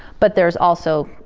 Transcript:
but there's also,